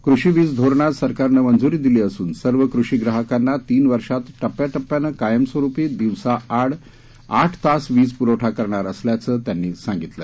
कृषी वीज धोरणास सरकारनं मंजुरी दिली असून सर्व कृषी ग्राहकांना तीन वर्षात टप्प्याटप्याने कायमस्वरूपी दिवसा आठ तास वीज पुरवठा करणार असल्याचं त्यांनी सांगितलं